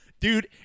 Dude